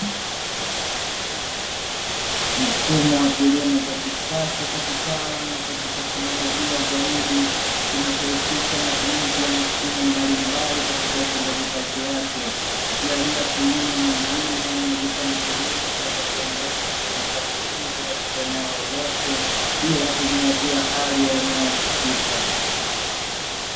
Mfumo wa kilimo cha kisasa cha kitaalamu na chaki teknolojia zaidi, kinachohusisha matumizi ya mashine mbalimbali katika utendaji kazi wake, njia hii ya kilimo ni nzuri na umuwezesha mkulima kuweza kuendesha shughuli zake hizo katika eneo lolote bila kuzingatia hali ya eneo husika.